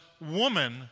woman